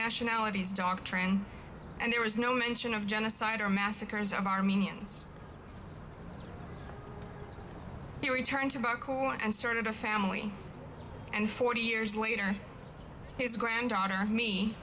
nationalities doctrine and there was no mention of genocide or massacres of armenians he returned to the court and started a family and forty years later his granddaughter me